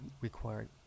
required